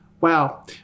Wow